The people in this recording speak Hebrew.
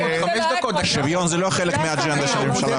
אני לא מרשה --- שוויון זה לא חלק מהאג'נדה של הממשלה הזאת.